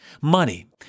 Money